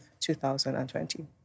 2020